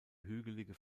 hügelige